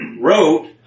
wrote